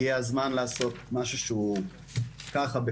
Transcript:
הגיע הזמן לעשות משהו שהוא ככה (מראה